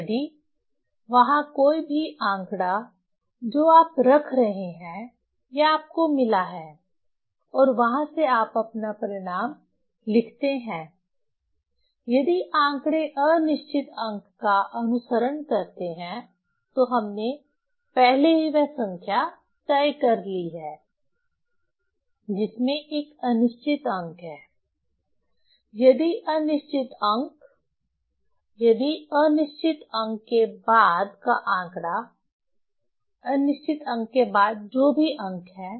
यदि वहां कोई भी आंकड़ा जो आप रख रहे हैं या आपको मिला है और वहां से आप अपना परिणाम लिखते हैं यदि आंकड़े अनिश्चित अंक का अनुसरण करते हैं तो हमने पहले ही वह संख्या तय कर ली है जिसमें एक अनिश्चित अंक है यदि अनिश्चित अंक यदि अनिश्चित अंक के बाद का आंकड़ा अनिश्चित अंक के बाद जो भी अंक है